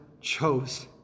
chose